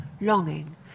longing